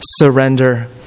surrender